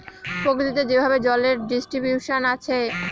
প্রকৃতিতে যেভাবে জলের ডিস্ট্রিবিউশন আছে